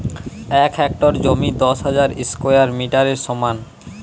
এক হেক্টর জমি দশ হাজার স্কোয়ার মিটারের সমান